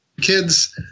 kids